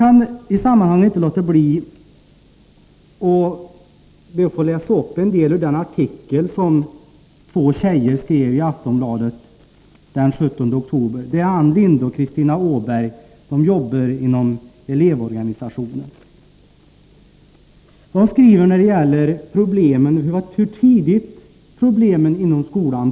Jag kan inte låta bli att läsa upp en del av den artikel som två flickor skrev i Aftonbladet den 17 oktober, nämligen Ann Linde och Kristina Åberg som båda arbetar inom elevorganisationen. De skriver om hur tidigt problem uppstår i skolan.